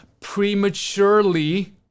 prematurely